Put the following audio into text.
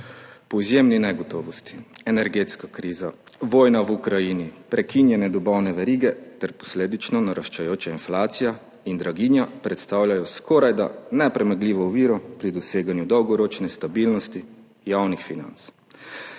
po izjemni negotovosti. Energetska kriza, vojna v Ukrajini, prekinjene dobavne verige ter posledično naraščajoča inflacija in draginja predstavljajo skorajda nepremagljivo oviro pri doseganju dolgoročne stabilnosti javnih financ,